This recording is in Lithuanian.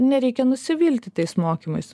nereikia nusivilti tais mokymais